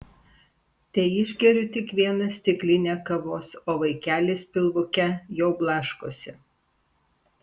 teišgeriu tik vieną stiklinę kavos o vaikelis pilvuke jau blaškosi